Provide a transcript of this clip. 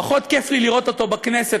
פחות כיף לי לראות אותו בכנסת,